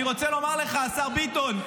אני רוצה לומר לך, השר ביטון,